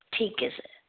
ਠੀਕ ਹੈ ਸਰ